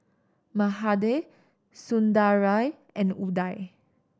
Mahade Sundaraiah and Udai